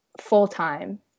full-time